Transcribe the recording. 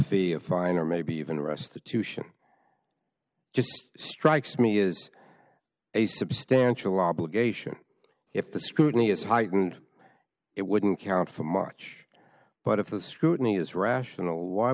fine or maybe even restitution just strikes me is a substantial obligation if the scrutiny is heightened it wouldn't count for much but if the scrutiny is rational why